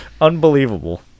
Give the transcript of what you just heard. unbelievable